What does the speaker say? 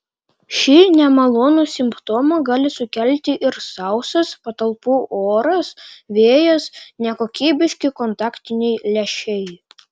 šį nemalonų simptomą gali sukelti ir sausas patalpų oras vėjas nekokybiški kontaktiniai lęšiai